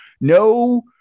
no